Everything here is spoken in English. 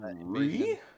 three